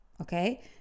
okay